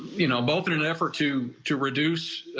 you know both in an effort to to reduce.